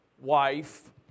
wife